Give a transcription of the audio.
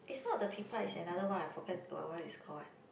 is not the pi-pa is another one I forget what what is call what